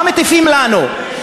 מה מטיפים לנו?